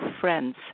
friends